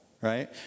right